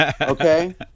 Okay